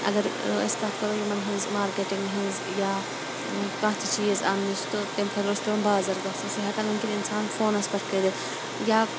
اَگَر أسۍ کتھ کَرَو یِمَن ہٕنٛز ماکیٚٹنٛگ ہِنٛز یا کانٛہہ تہِ چیٖز اَننٕچ تہٕ تمہِ خٲطرٕ اوس پیٚوان بازَر گَژھُن سُہ ہیٚکان وٕنکٮ۪ن اِنسان فونَس پیٹھ کٔرِتھ یا